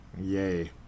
Yay